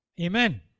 Amen